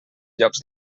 llocs